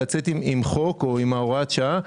לצאת עם חוק או עם הוראת שעה.